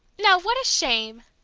now, what a shame!